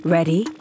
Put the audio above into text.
Ready